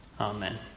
Amen